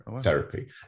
therapy